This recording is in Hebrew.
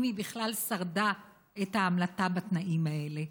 אם היא בכלל שרדה בהמלטה בתנאים האלה.